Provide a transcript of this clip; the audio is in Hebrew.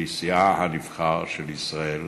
נשיאה הנבחר של ישראל,